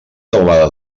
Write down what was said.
teulada